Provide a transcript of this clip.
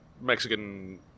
Mexican